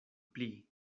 pli